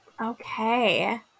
Okay